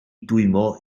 dwymo